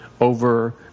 over